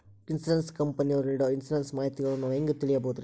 Insurance ಕಂಪನಿಯವರು ನೇಡೊ insurance ಮಾಹಿತಿಗಳನ್ನು ನಾವು ಹೆಂಗ ತಿಳಿಬಹುದ್ರಿ?